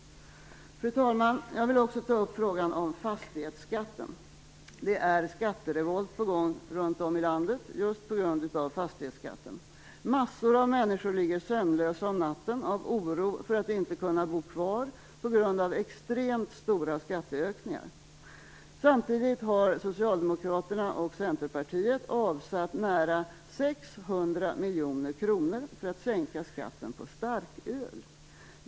Fru talman! Jag vill också ta upp frågan om fastighetsskatten. Det är skatterevolt på gång runt om i landet just på grund av fastighetsskatten. Massor av människor ligger sömnlösa om natten av oro för att inte kunna bo kvar på grund av extremt stora skatteökningar. Samtidigt har Socialdemokraterna och Centerpartiet avsatt nära 600 miljoner kronor för att sänka skatten på starköl.